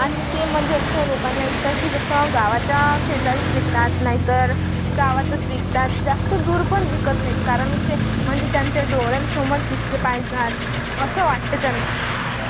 आणि ते म्हणजे अश्या लोकांना विकतात की जसं गावाच्या शेजारीच विकतात नाहीतर गावातच विकतात जास्त दूर पण विकत नाहीेत कारण ते म्हणजे त्यांच्या डोळ्यांसमोर दिसले पाहिजेत असं वाटते त्यांना